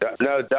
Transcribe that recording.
No